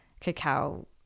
cacao